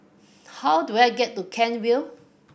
how do I get to Kent Vale